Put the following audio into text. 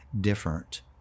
different